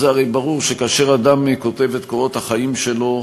זה הרי ברור שכאשר אדם כותב את קורות החיים שלו,